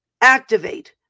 activate